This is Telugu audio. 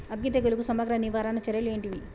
అగ్గి తెగులుకు సమగ్ర నివారణ చర్యలు ఏంటివి?